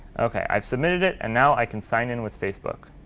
ok, i've submitted it, and now i can sign in with facebook.